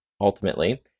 ultimately